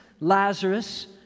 Lazarus